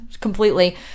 completely